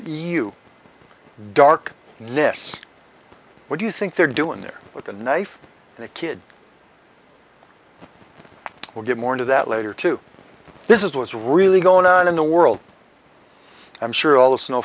e u dark nys what do you think they're doing there with a knife and a kid will get more into that later to this is what's really going on in the world i'm sure all the snow